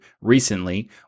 recently